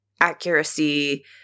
accuracy